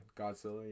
Godzilla